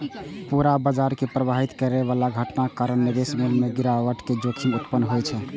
पूरा बाजार कें प्रभावित करै बला घटनाक कारण निवेश मूल्य मे गिरावट के जोखिम उत्पन्न होइ छै